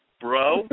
bro